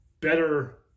better